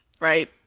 Right